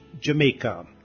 Jamaica